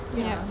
ya